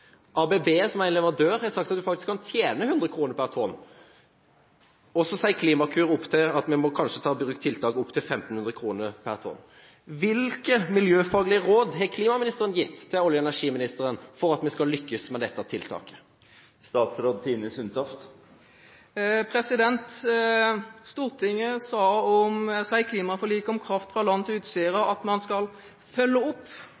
ABB, som er leverandør, har sagt at en faktisk kan tjene 100 kr per tonn. Og så sier Klimakur at vi kanskje må ta i bruk tiltak opp til 1 500 kr per tonn. Hvilke miljøfaglige råd har klimaministeren gitt til olje- og energiministeren for at vi skal lykkes med dette tiltaket? Stortinget sa i klimaforliket om kraft fra land til Utsirahøyden at man skal følge opp